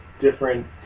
different